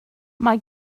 mae